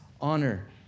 honor